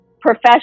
profession